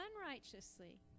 unrighteously